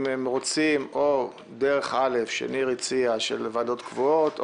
אם הם רוצים דרך א' בוועדות קבועות,